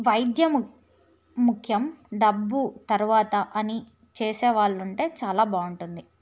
వైద్యము ముఖ్యం డబ్బు తర్వాత అని చేసే వాళ్ళు ఉంటే చాలా బాగుంటుంది